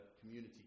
community